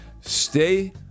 Stay